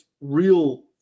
real